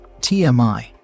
TMI